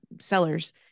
sellers